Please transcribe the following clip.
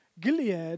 Gilead